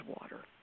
water